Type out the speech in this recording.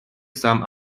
some